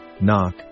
knock